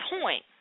point